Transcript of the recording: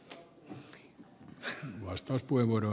arvoisa puhemies